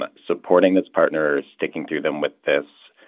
but supporting this partner or sticking through them with this?